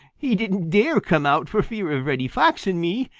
he didn't dare come out for fear of reddy fox and me,